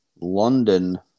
London